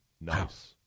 Nice